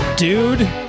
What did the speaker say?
Dude